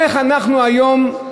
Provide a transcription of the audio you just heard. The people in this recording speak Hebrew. איך אנחנו היום,